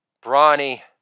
Brawny